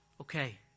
okay